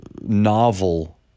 novel